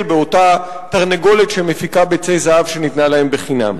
באותה תרנגולת שמפיקה ביצי זהב שניתנה להם בחינם.